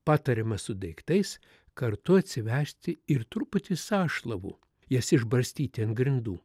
patariama su daiktais kartu atsivežti ir truputį sąšlavų jas išbarstyti ant grindų